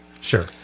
Sure